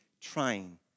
trying